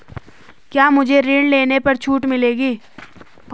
क्या मुझे ऋण लेने पर छूट मिलेगी?